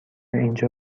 اینجا